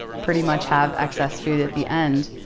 pretty much, have excess food at the end.